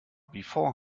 before